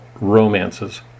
romances